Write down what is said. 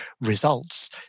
results